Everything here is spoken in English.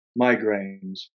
migraines